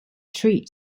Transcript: treat